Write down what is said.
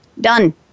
Done